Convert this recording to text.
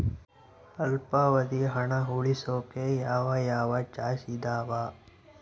ಅಲ್ಪಾವಧಿ ಹಣ ಉಳಿಸೋಕೆ ಯಾವ ಯಾವ ಚಾಯ್ಸ್ ಇದಾವ?